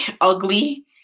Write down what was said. ugly